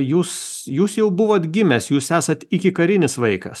jūs jūs jau buvot gimęs jūs esat ikikarinis vaikas